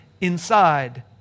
inside